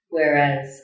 Whereas